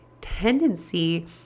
tendency